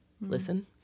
listen